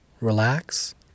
relax